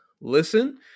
listen